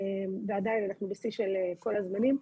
ועדיין, אנחנו בשיא של כל הזמנים.